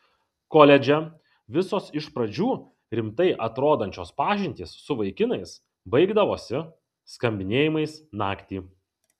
koledže visos iš pradžių rimtai atrodančios pažintys su vaikinais baigdavosi skambinėjimais naktį